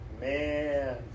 Man